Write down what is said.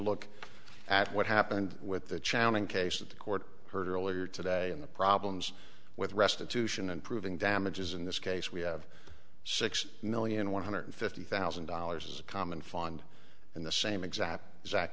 look at what happened with the child and cases the court heard earlier today and the problems with restitution and proving damages in this case we have six million one hundred fifty thousand dollars a common fund and the same exact exact